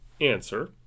Answer